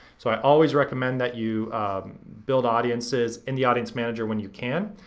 so i always recommend that you build audiences in the audience manager when you can,